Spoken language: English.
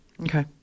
okay